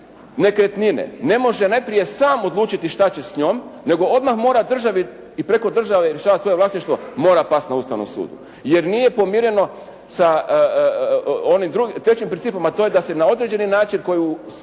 nekretnine ne može najprije sam odlučiti šta će s njom nego odmah mora državi i preko države rješavati svoje vlasništvo, mora pasti na Ustavnom sudu jer nije pomireno sa onim trećim principom a to je da se na određeni način koju,